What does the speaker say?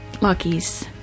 Lucky's